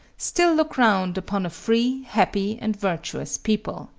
still look round upon a free, happy, and virtuous people.